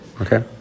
Okay